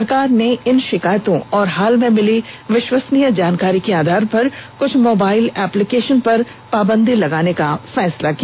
सरकार ने इन शिकायतों और हाल में मिली विश्वसनीय जानकारी के आधार पर कुछ मोबाइल एप्लीकेशन पर पाबंदी लगाने का फैसला किया